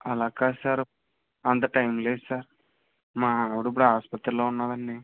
అలా కాదు సార్ అంత టైమ్ లేదు సార్ మా ఆవిడ ఇప్పుడు ఆసుపత్రిలో ఉంది అండి